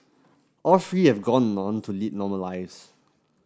all three have gone on to lead normal lives